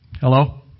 Hello